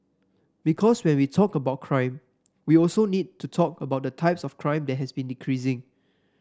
because when we talk about crime we also need to talk about the types of crime that has been decreasing